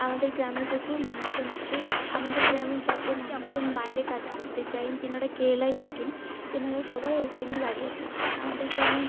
আমাদের গ্রামে প্রচুর মানুষজন আসে আমাদের গ্রামে যত মানুষজন বাইরে কাজ করতে যায় যেনারা কেরালায় থাকেন তেনারা সবাই ওই টাইমে বাড়ি আসে আমাদের গ্রামে